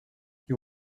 you